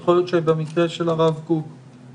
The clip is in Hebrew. יכול להיות שבמקרה של הרב קוק המשרד